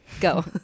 Go